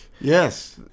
Yes